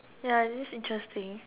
ya this interesting